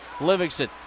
Livingston